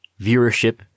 viewership